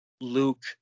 Luke